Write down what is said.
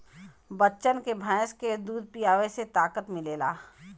बच्चन के भैंस के दूध पीआवे से ताकत मिलेला